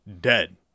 dead